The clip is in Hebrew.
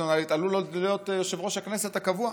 פרסונלית עלול להיות יושב-ראש הכנסת הקבוע.